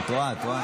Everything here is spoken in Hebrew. אני רוצה לעלות.